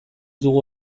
dugu